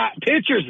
pictures